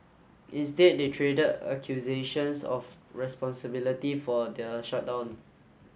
instead they traded accusations of responsibility for the shutdown